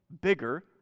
bigger